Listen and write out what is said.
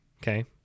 okay